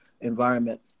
environment